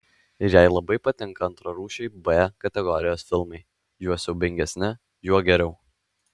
ir jai labai patinka antrarūšiai b kategorijos filmai juo siaubingesni juo geriau